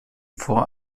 vor